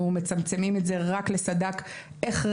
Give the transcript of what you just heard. אנחנו מצמצמים את זה רק לסד"כ הכרחי,